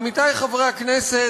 עמיתי חברי הכנסת,